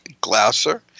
Glasser